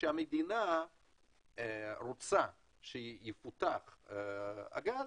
כשהמדינה רוצה שיפותח הגז,